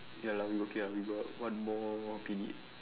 ya lah we okay ah we got one more minute